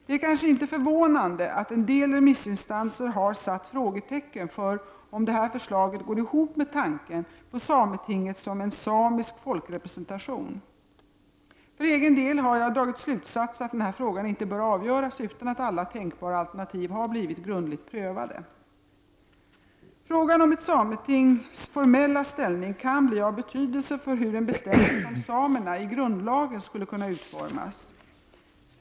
Det är kanske inte förvånande att en del remissinstanser har satt frågetecken för om detta förslag går ihop med tanken på sametinget som en samisk folkrepresentation. För egen del har jag dragit slutsatsen att den här frågan inte bör avgöras utan att alla tänkbara alternativ har blivit grundligt prövade. Frågan om ett sametings formella ställning kan bli av betydelse för hur en bestämmelse om samerna i grundlagen skulle kunna utformas.